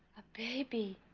a baby